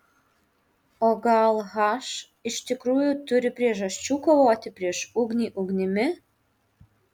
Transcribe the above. o gal h iš tikrųjų turi priežasčių kovoti prieš ugnį ugnimi